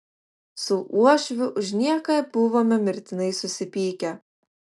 su uošviu už nieką buvome mirtinai susipykę